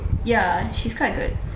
ya she's quite good